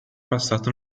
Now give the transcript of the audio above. passato